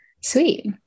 Sweet